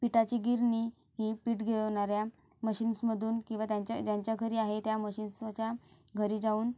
पिठाची गिरणी ही पीठ गीरवणाऱ्या मशीन्समधून किंवा त्यांच्या ज्यांच्या घरी आहे त्या मशिन्सच्या घरी जाऊन